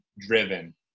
driven